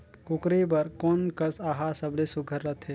कूकरी बर कोन कस आहार सबले सुघ्घर रथे?